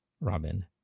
Robin